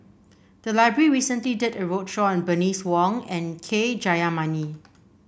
the library recently did a roadshow on Bernice Wong and K Jayamani